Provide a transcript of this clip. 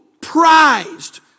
prized